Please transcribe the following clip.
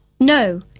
No